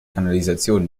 kanalisation